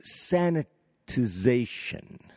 sanitization